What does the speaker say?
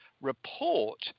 report